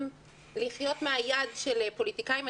לחיות מהיד של פוליטיקאים.